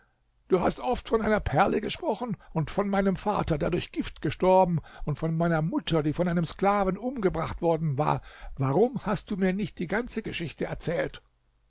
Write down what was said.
du hast oft von einer perle gesprochen und von meinem vater der durch gift gestorben und von meiner mutter die von einem sklaven umgebracht worden war warum hast du mir nicht die ganze geschichte erzählt